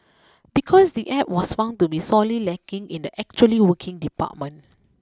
because the App was found to be sorely lacking in the actually working department